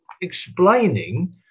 explaining